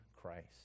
Christ